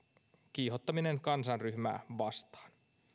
kiihottaminen kansanryhmää vastaan